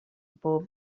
bob